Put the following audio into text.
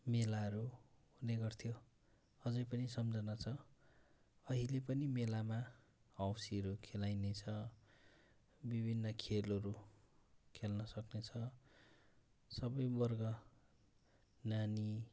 मेलाहरू हुने गर्थ्यो अझै पनि सम्झना छ अहिले पनि मेलामा हौसीहरू खेलाइने छ विभिन्न खेलहरू खेल्न सकिनेछ सबै वर्ग नानी